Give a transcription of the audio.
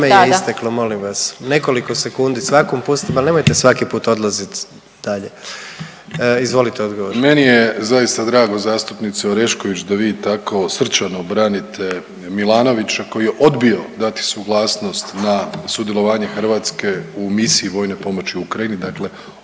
Hrvatske u misiji vojnoj pomoći Ukrajini. Dakle,